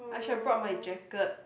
I should have brought my jacket